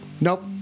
Nope